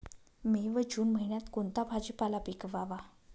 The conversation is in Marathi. मे व जून महिन्यात कोणता भाजीपाला पिकवावा?